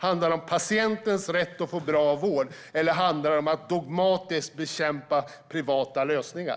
Handlar det om patientens rätt att få bra vård, eller handlar det om att dogmatiskt bekämpa privata lösningar?